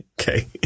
okay